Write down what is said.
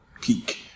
peak